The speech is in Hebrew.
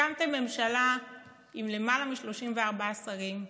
הקמתם ממשלה עם למעלה מ-34 שרים,